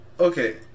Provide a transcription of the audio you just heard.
Okay